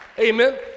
Amen